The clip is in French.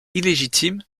illégitime